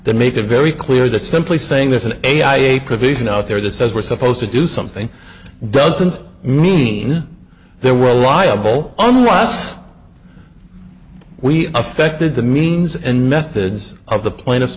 that make it very clear that simply saying there's an ai a provision out there that says we're supposed to do something doesn't mean there were a liable under us we affected the means and methods of the pla